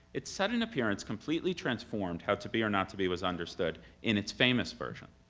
its sudden appearance completely transformed how to be or not to be was understood in its famous version.